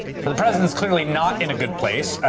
so the president's clearly not in a good place.